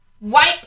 Wipe